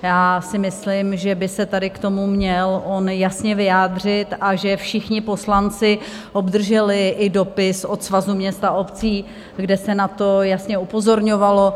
Já si myslím, že by se tady k tomu měl on jasně vyjádřit, a že všichni poslanci obdrželi i dopis od Svazu měst a obcí, kde se na to jasně upozorňovalo.